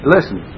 Listen